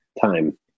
time